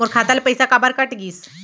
मोर खाता ले पइसा काबर कट गिस?